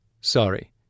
Sorry